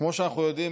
כמו שאנחנו יודעים,